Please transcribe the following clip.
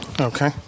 Okay